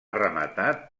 rematat